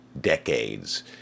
decades